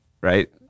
Right